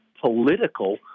political